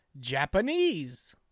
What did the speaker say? Japanese